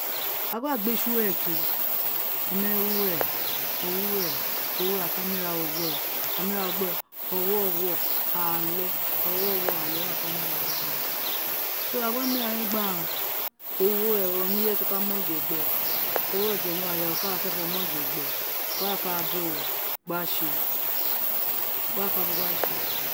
Ti a gba gbéè si uwe ké oma wé wi uwe owi uwe owi uwe aka mu irawo gbéè a mu irawo gba ọwọwọ àle ọwọwọ àle wẹrẹ aka mu irawọ wé gbe aghan so a gba mu irawọ wé gbe aghan o wu wẹ o ni irẹye ti o ka mu ojẹ gbéè ora ojẹ nị uwe aya ro ka da kẹrẹnfọ mu ọjẹ gbé were o ka wa ba uwo gba sé were mo ka sé